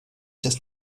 des